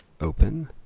open